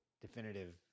definitive